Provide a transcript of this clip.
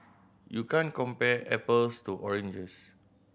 you can't compare apples to oranges